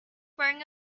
wearing